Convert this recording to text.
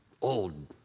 old